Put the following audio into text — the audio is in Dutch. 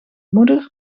moeder